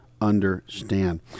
Understand